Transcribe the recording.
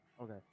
Okay